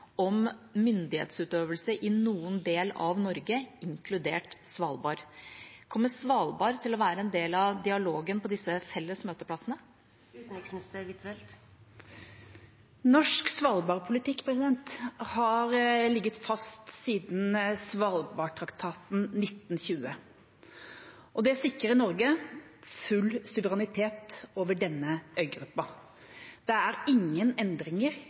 om myndighetsutøvelse i noen del av Norge, inkludert Svalbard. Kommer Svalbard til å være en del av dialogen på disse felles møteplassene? Norsk svalbardpolitikk har ligget fast siden Svalbardtraktaten i 1920, og dette sikrer Norge full suverenitet over denne øygruppa. Det er ingen endringer